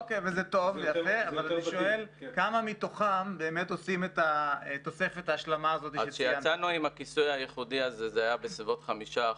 כחלק מהמלצות של הצוות להיערכות פיננסית וביטוחי שישבה ב-2012,